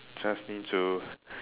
just need to